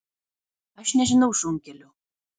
aš nežinau šunkelių